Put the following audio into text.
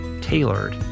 tailored